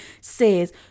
says